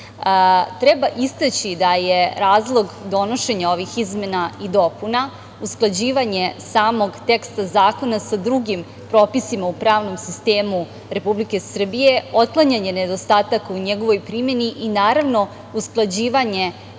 treba istaći da je razlog donošenja ovih izmena i dopuna usklađivanje samog teksta zakona sa drugim propisima u pravnom sistemu Republike Srbije, otklanjanje nedostataka u njegovoj primeni i naravno usklađivanje propisa sa